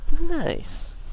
Nice